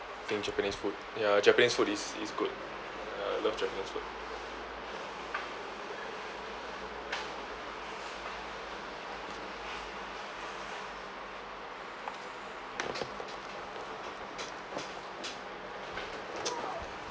eating japanese food ya japanese food is is good ya I love japanese food